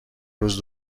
روز